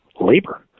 labor